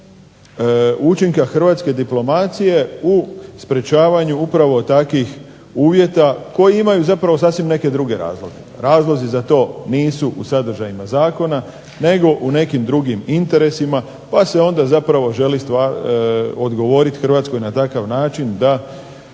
učinka Hrvatske diplomacije u sprečavanju takvih uvjeta koji imaju sasvim neke druge razloge. Razlozi za to nisu u sadržajima zakona nego u nekim drugim interesima, pa se onda želi odgovoriti Hrvatskoj na takav način da